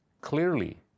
clearly